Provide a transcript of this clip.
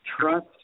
trust